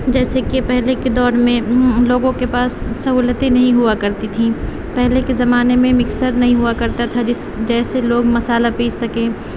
جیسے کہ پہلے کے دور میں لوگوں کے پاس سہولتیں نہیں ہوا کرتی تھیں پہلے کے زمانے میں مکسر نہیں ہوا کرتا تھا جس جیسے لوگ مسالہ پیس سکیں